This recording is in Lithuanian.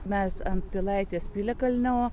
mes ant pilaitės piliakalnio